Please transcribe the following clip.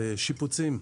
זה שיפוצים.